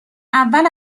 اول